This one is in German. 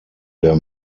der